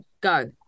Go